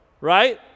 right